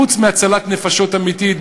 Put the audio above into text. חוץ מהצלת נפשות אמיתית,